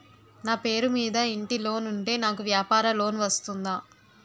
నా పేరు మీద ఇంటి లోన్ ఉంటే నాకు వ్యాపార లోన్ వస్తుందా?